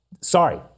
Sorry